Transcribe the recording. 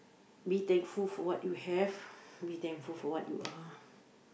be thankful for what you have be thankful for what you are